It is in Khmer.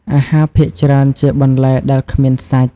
អាហារភាគច្រើនជាបន្លែដែលគ្មានសាច់។